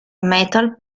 metal